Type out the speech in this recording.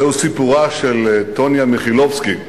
זהו סיפורה של טוניה מיכילובסקי,